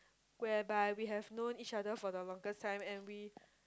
whereby we have known each other for the longest time and we